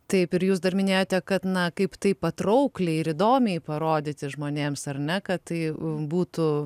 taip ir jūs dar minėjote kad na kaip tai patraukliai ir įdomiai parodyti žmonėms ar ne kad tai būtų